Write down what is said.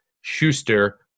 Schuster